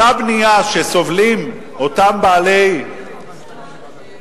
אותה בנייה, סובלים אותם בעלי בתים.